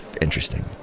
interesting